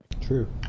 True